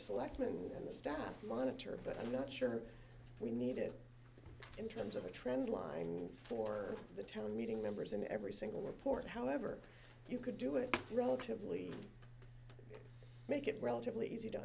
selectman and the staff monitor that i'm not sure we need it in terms of a trend line for the town meeting members and every single report however you could do it relatively make it relatively easy to